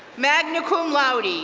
magna cum laude,